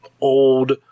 old